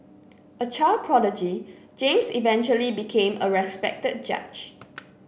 a child prodigy James eventually became a respected judge